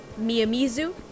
Miyamizu